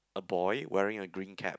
a boy wearing a green cap